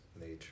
nature